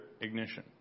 Ignition